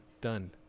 Done